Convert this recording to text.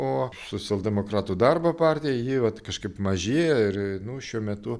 o socialdemokratų darbo partija ji vat kažkaip mažėja ir nu šiuo metu